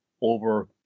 over